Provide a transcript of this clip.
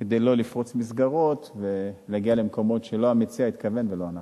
כדי שלא לפרוץ מסגרות ולהגיע למקומות שלא המציע התכוון ולא אנחנו.